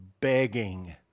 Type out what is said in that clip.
begging